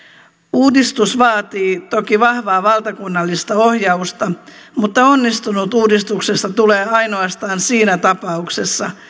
uudistus vaatii toki vahvaa valtakunnallista ohjausta mutta onnistunut uudistuksesta tulee ainoastaan siinä tapauksessa